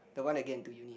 the one that get into uni